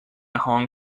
hong